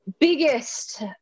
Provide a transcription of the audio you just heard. biggest